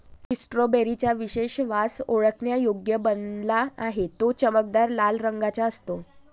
strawberry चा विशेष वास ओळखण्यायोग्य बनला आहे, तो चमकदार लाल रंगाचा असतो